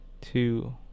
two